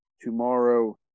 tomorrow